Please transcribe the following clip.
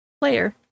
player